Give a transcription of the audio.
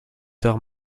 tard